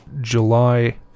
July